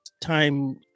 time